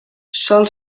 sol